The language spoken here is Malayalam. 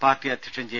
പാർട്ടി അധ്യക്ഷൻ ജെ